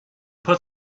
put